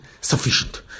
sufficient